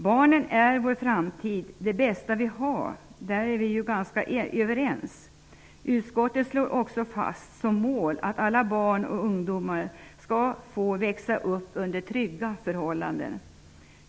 Barnen är vår framtid, det bästa vi har. Det är vi ganska överens om. Utskottet slår också fast som mål att alla barn och ungdomar skall få växa upp under trygga förhållanden.